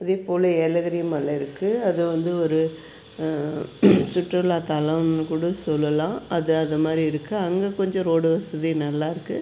அதேபோல் ஏலகிரி மலை இருக்குது அது வந்து ஒரு சுற்றுலா தலம்ன்னு கூட சொல்லலாம் அது அதுமாதிரி இருக்குது அங்கே கொஞ்சம் ரோடு வசதி நல்லா இருக்குது